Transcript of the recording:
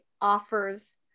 offers